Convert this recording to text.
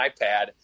iPad